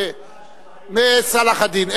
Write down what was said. מצלאח א-דין,